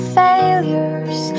failures